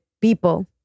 people